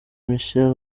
michelle